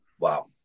Wow